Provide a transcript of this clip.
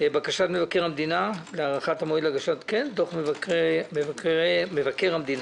בקשת מבקר המדינה להארכת המועד להגשת דוח מבקר המדינה